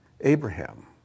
Abraham